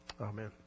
Amen